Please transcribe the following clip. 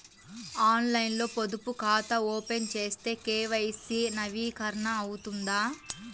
ఆన్లైన్లో పొదుపు ఖాతా ఓపెన్ చేస్తే కే.వై.సి నవీకరణ అవుతుందా?